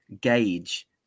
gauge